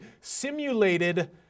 simulated